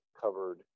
covered